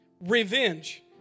revenge